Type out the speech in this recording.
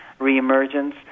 reemergence